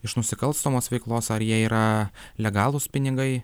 iš nusikalstamos veiklos ar jie yra legalūs pinigai